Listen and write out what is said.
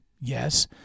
Yes